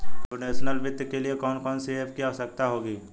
Computational वित्त के लिए कौन कौन सी एप की आवश्यकता होगी?